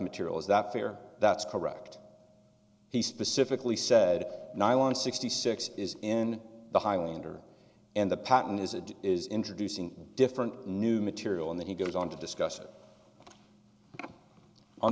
material is that fair that's correct he specifically said no i want sixty six is in the highly under and the patent is it is introducing different new material and then he goes on to discuss it on